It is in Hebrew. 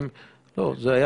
זה נעשה גם בסיבוב הקודם.